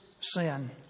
sin